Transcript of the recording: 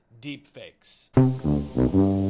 deepfakes